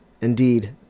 Indeed